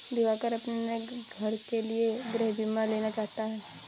दिवाकर अपने नए घर के लिए गृह बीमा लेना चाहता है